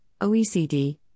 OECD